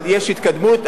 אבל יש התקדמות.